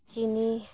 ᱪᱤᱱᱤ